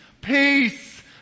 Peace